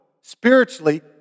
spiritually